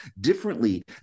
differently